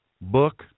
book